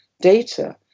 data